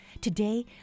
Today